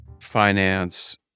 finance